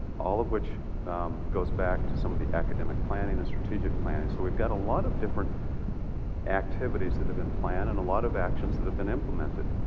all of which goes back to some of the academic planning and strategic planning. so we've got a lot of different activities that have been planned and a lot of actions that been implemented.